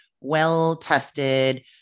well-tested